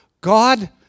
God